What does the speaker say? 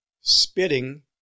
spitting